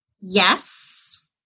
yes